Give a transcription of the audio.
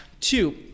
Two